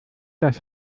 das